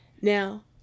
Now